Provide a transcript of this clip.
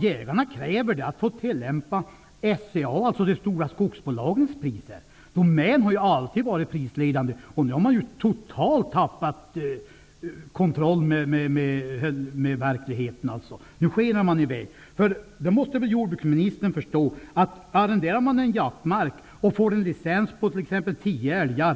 Jägarna kräver ju nu att de skall få tillämpa SCA:s -- de stora skogsbolagens -- priser. Domän har ju alltid varit prisledande, och nu har man ju totalt tappat kontakten med verkligheten. Nu skenar man i väg. Man kan arrendera en jaktmark och få en licens för t.ex. tio älgar.